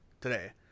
today